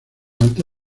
alta